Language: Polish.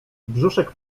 brzuszek